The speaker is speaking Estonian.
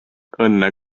õnne